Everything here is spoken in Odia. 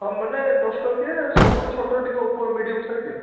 ହଁ ମାନେ ଦଶ ଟଙ୍କିଆ ସବୁଠୁ ଛୋଟ ଟିକେ ମିଡ଼ିୟମ୍ ସାଇଜ୍ ଆଉ